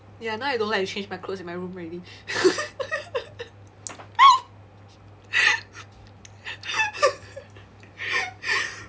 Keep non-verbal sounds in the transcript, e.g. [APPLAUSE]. ya now I don't like to my clothes in my room already [LAUGHS]